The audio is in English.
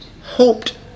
hoped